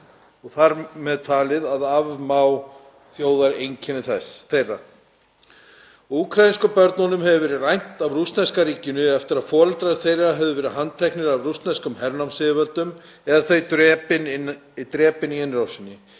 þar með talið að afmá þjóðareinkenni þeirra. Úkraínsku börnunum hefur verið rænt af rússneska ríkinu eftir að foreldrar þeirra höfðu verið handteknir af rússneskum hernámsyfirvöldum eða þau drepin drepinn í innrásinni